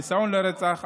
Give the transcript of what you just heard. ניסיון לרצח,